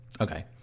Okay